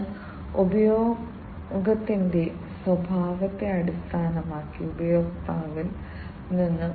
ഒരു ആശയവിനിമയ ഇന്റർഫേസ് സിസ്റ്റമോ ഘടകമോ ഉണ്ട് SCADA പ്രോഗ്രാമിംഗ് മറ്റൊന്നാണ്